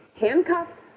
handcuffed